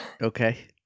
Okay